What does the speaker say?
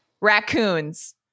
Raccoons